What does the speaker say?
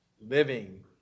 living